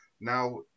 Now